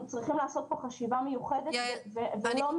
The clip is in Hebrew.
צריכים לעשות פה חשיבה מיוחדת ולא --- יעל,